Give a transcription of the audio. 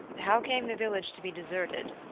how came the village to be deserted?